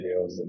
videos